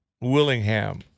Willingham